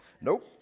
Nope